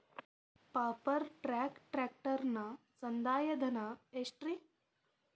Power track ಟ್ರ್ಯಾಕ್ಟರನ ಸಂದಾಯ ಧನ ಎಷ್ಟ್ ರಿ?